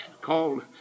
Called